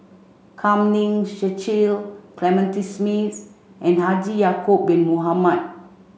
Kam Ning Cecil Clementi Smith and Haji Ya'acob bin Mohamed